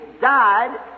died